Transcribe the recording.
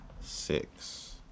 six